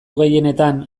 gehienetan